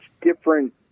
different